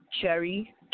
cherry